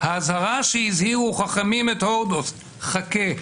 האזהרה שהזהירו חכמים את הורדוס: חכה,